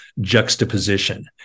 juxtaposition